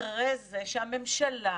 שהממשלה,